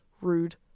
Rude